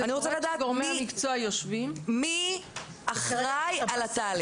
מי אחראי על התהליך.